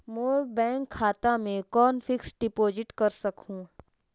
मोर bank खाता मे कौन फिक्स्ड डिपॉजिट कर सकहुं?